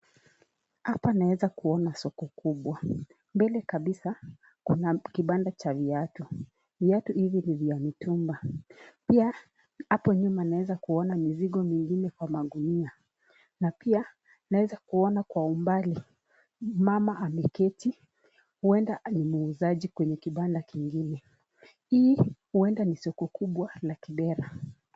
Hapa naweza kuona soko kubwa, mbele kabisa kuna kibanda cha viatu, viatu hivi ni vya mtumba pia hapo nyuma naweza kuona mizigo zingine kwa magunia na pia naweza kuona kwa umbali mama ameketi huenda ni muuzaji kwa kibanda kingine .Hii huenda ni soko kubwa la kibera.